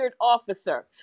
officer